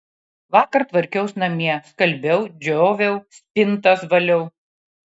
vakar tvarkiaus namie skalbiau džioviau spintas valiau